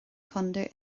contae